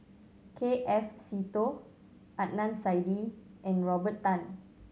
K F Seetoh Adnan Saidi and Robert Tan